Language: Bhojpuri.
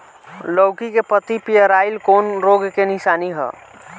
लौकी के पत्ति पियराईल कौन रोग के निशानि ह?